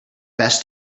best